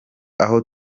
aho